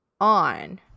on